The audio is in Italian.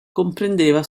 comprendeva